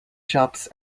shops